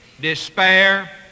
despair